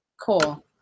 Cool